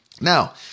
Now